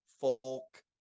folk